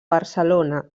barcelona